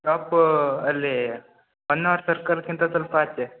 ತಪ್ಪು ಅಲ್ಲಿ ಹೊನ್ನಾವರ ಸರ್ಕಲ್ಗಿಂತ ಸ್ವಲ್ಪ ಆಚೆ